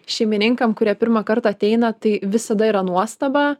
šeimininkam kurie pirmą kartą ateina tai visada yra nuostaba